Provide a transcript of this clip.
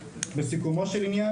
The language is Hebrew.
לסיכומו של עניין,